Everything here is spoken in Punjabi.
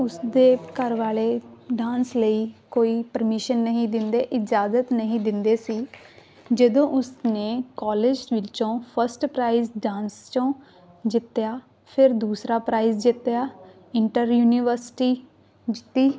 ਉਸਦੇ ਘਰ ਵਾਲੇ ਡਾਂਸ ਲਈ ਕੋਈ ਪਰਮਿਸ਼ਨ ਨਹੀਂ ਦਿੰਦੇ ਇਜਾਜ਼ਤ ਨਹੀਂ ਦਿੰਦੇ ਸੀ ਜਦੋਂ ਉਸਨੇ ਕਾਲਜ ਵਿੱਚੋਂ ਫਸਟ ਪ੍ਰਾਈਜ਼ ਡਾਂਸ 'ਚੋਂ ਜਿੱਤਿਆ ਫਿਰ ਦੂਸਰਾ ਪ੍ਰਾਈਜ਼ ਜਿੱਤਿਆ ਇੰਟਰ ਯੂਨੀਵਰਸਿਟੀ ਜਿੱਤੀ